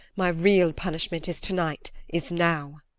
my real punishment is to-night, is now!